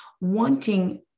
wanting